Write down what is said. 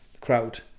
crowd